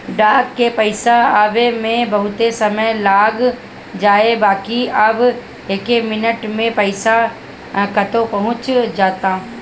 डाक से पईसा आवे में बहुते समय लाग जाए बाकि अब एके मिनट में पईसा कतो पहुंच जाता